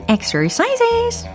Exercises